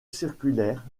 circulaire